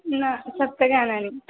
न सप्तगानानि